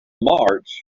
march